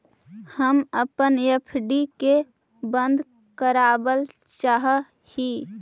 हम अपन एफ.डी के बंद करावल चाह ही